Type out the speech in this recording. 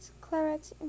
claret